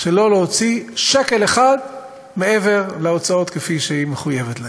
שלא להוציא שקל אחד מעבר להוצאות שהיא מחויבת להן.